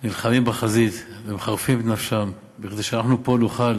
נלחמים בחזית ומחרפים את נפשם כדי שאנחנו פה נוכל